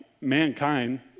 mankind